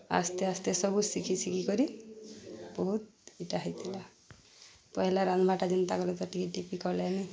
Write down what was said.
ଆସ୍ତେ ଆସ୍ତେ ସବୁ ଶିଖି ଶିଖିିକରି ବହୁତ୍ ଇଟା ହେଇଥିଲା ପହେଲା ରାନ୍ଧ୍ବାଟା ଯେନ୍ତାକରି ତ ଟିକେ ଡିଫିକଲ୍ଟ ଏ